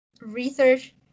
research